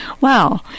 wow